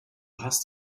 hast